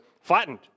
flattened